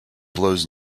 blows